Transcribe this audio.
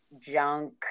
junk